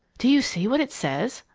do you see what it says?